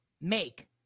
make